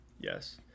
yes